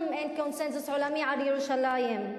גם אין קונסנזוס עולמי על ירושלים.